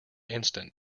instant